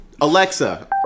Alexa